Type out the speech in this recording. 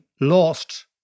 lost